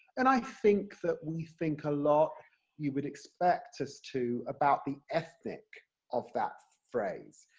and i think that we think a lot you would expect us to about the ethnic of that phrase,